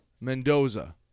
Mendoza